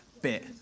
bit